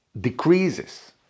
decreases